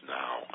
now